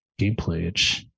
gameplay